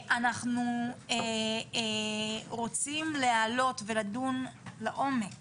אנחנו רוצים להעלות ולדון לעומק